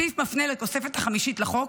הסעיף מפנה לתוספת החמישית לחוק,